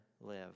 live